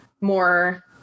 more